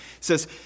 says